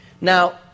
Now